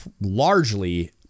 largely